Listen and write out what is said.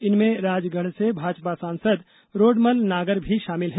इनमें राजगढ़ से भाजपा सांसद रोडमल नागर भी शामिल है